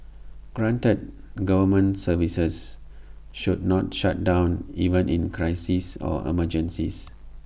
granted government services should not shut down even in crises or emergencies